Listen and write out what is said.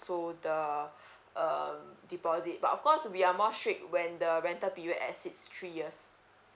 the uh deposit but of course we are more strict when the rental period exceeds three years